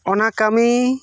ᱚᱱᱟ ᱠᱟ ᱢᱤ